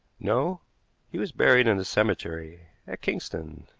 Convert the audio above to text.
no he was buried in a cemetery at kingston.